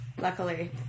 luckily